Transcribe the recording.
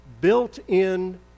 built-in